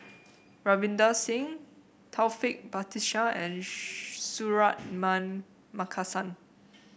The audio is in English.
Ravinder Singh Taufik Batisah and Suratman Markasan